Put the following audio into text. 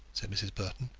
said mrs. burton.